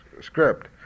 script